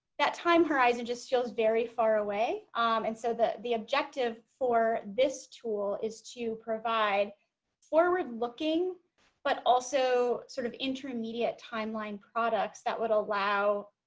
that time horizon just feels very far away and so the the objective for this tool is to provide forward looking but also sort of intermediate time line products that would allow